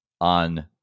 on